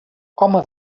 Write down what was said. home